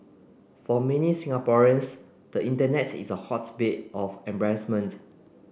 for many Singaporeans the internet is a hotbed of embarrassment